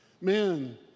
Men